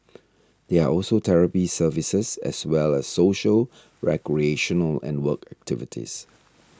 there are also therapy services as well as social recreational and work activities